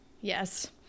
Yes